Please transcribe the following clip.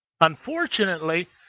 Unfortunately